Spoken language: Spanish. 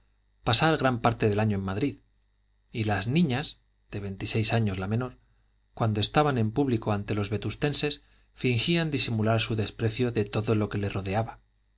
pasar gran parte del año en madrid y las niñas de veintiséis años la menor cuando estaban en público ante los vetustenses fingían disimular su desprecio de todo lo que les rodeaba